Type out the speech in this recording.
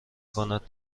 کند